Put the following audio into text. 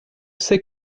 c’est